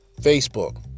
Facebook